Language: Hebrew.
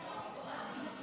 תשובה.